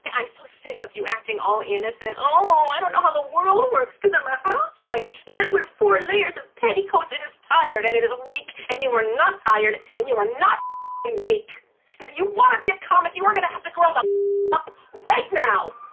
yeah i'm so sick of you acting all innocent. oh, i don't know how the world works because i'm a housewife and i wear four layers of petticoats. it is tired, and it is weak. and you are not tired, and you are not weak. and if you want to be a comic, you are going to have to grow the up up right now